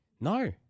No